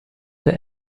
der